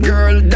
Girl